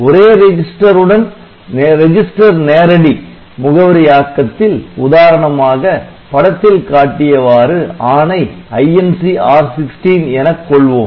ஒரே ரிஜிஸ்டர் உடன் ரெஜிஸ்டர் நேரடி முகவரியாக்கத்தில் உதாரணமாக படத்தில் காட்டியவாறு ஆணை INC R16 எனக் கொள்வோம்